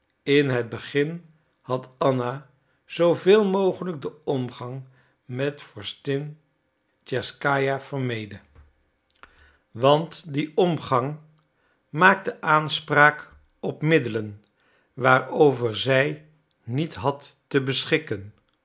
in het begin had anna zooveel mogelijk den omgang met vorstin twerskaja vermeden want die omgang maakte aanspraak op middelen waarover zij niet had te beschikken